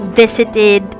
visited